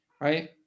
right